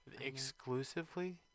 Exclusively